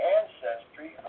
ancestry